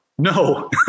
No